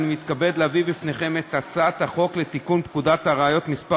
אני מתכבד להביא בפניכם את הצעת חוק לתיקון פקודת הראיות (מס'